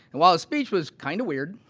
while the speech was kind of weird